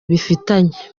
bifitanye